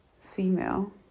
female